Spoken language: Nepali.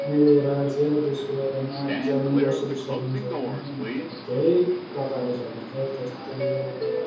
मेरो राज्य र देशकोबारेमा जान्नु कसरी सकिन्छ भने धेरै प्रकारले सकिन्छ जस्तै अब